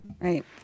Right